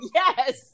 yes